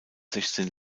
sechzehn